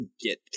get